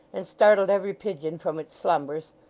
and startled every pigeon from its slumbers,